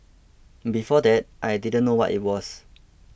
before that I didn't know what it was